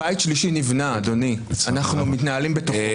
בית שלישי נבנה, אדוני, אנחנו מתנהלים בתוכו.